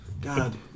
God